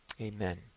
amen